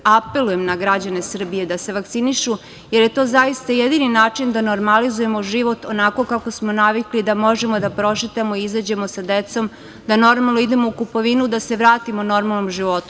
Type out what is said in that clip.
Apelujem na građane Srbije da se vakcinišu, jer je to zaista jedini način da normalizujemo život onako kako smo navikli da možemo da prošetamo i izađemo sa decom, da normalno idemo u kupovinu, da se vratimo normalnom životu.